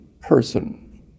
person